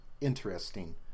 interesting